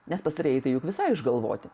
nes pastarieji tai juk visai išgalvoti